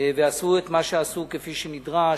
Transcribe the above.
ועשו את מה שעשו כפי שנדרש.